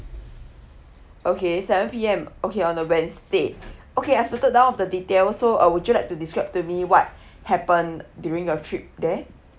okay seven P_M okay on the wednesday okay I've noted down of the details so uh would you like to describe to me what happened during your trip there